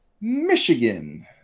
Michigan